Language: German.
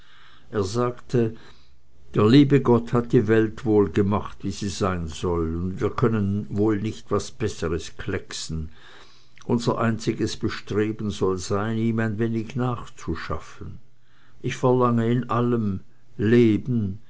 er sagte der liebe gott hat die welt wohl gemacht wie sie sein soll und wir können wohl nicht was besseres klecksen unser einziges bestreben soll sein ihm ein wenig nachzuschaffen ich verlange in allem leben